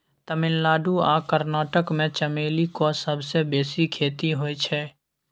तमिलनाडु आ कर्नाटक मे चमेलीक सबसँ बेसी खेती होइ छै